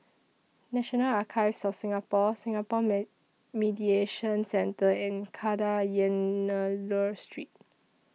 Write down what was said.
National Archives of Singapore Singapore May Mediation Centre and Kadayanallur Street